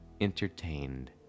entertained